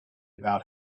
about